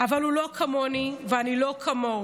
אבל הוא לא כמוני ואני לא כמוהו.